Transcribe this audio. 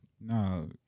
no